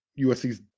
USC's